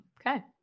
Okay